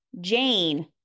Jane